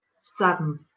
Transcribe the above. Seven